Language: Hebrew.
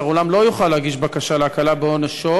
עולם לא יוכל להגיש בקשה להקלה בעונשו,